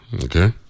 Okay